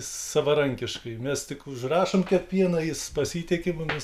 savarankiškai mes tik užrašom kiek pieno jis pasitiki mumis